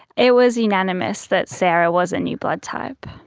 it was unanimous that sarah was a new blood type.